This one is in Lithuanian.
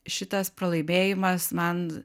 šitas pralaimėjimas man